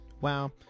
Wow